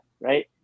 right